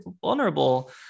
vulnerable